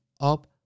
up